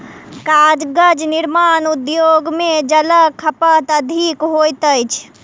कागज निर्माण उद्योग मे जलक खपत अत्यधिक होइत अछि